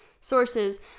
sources